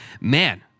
man